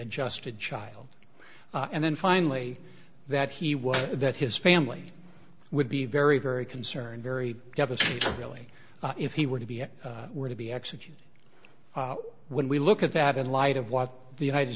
adjusted child and then finally that he was that his family would be very very the concern very devastating really if he were to be were to be executed when we look at that in light of what the united